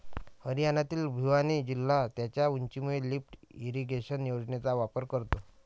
हरियाणातील भिवानी जिल्हा त्याच्या उंचीमुळे लिफ्ट इरिगेशन योजनेचा वापर करतो